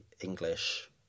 English